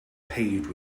paved